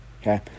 Okay